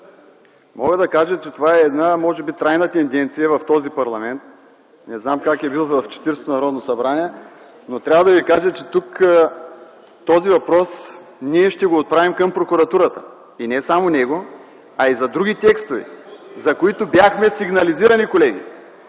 Мога да кажа, че това е една може би трайна тенденция в този парламент. Не знам как е било в Четиридесетото Народно събрание, но трябва да ви кажа, че тук този въпрос ние ще го отправим към прокуратурата и не само него, а и за други текстове, за които бяхме сигнализирани, колеги.